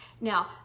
Now